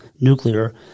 nuclear